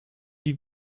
die